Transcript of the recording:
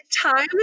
Time